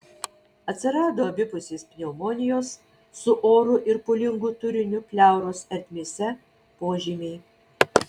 atsirado abipusės pneumonijos su oru ir pūlingu turiniu pleuros ertmėse požymiai